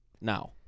now